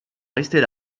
rester